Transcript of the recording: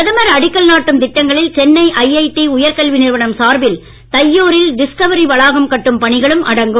பிரதமர் அடிக்கல் நாட்டும் திட்டங்களில் சென்னை ஐஐடி உயர்கல்வி நிறுவனம் சார்பில் தையூரில் டிஸ்கவரி வளாகம் கட்டும் பணிகளும் அடங்கும்